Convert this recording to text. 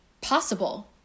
possible